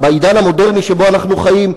בעידן המודרני שבו אנו חיים,